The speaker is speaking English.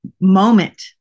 moment